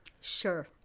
Sure